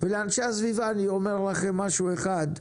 לאנשי הסביבה אני אומר משהו אחד,